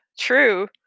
true